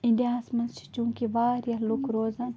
India ہس منٛز چھِ چونٛکہِ وارِیاہ لوکھ روزان